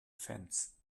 fence